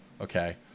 Okay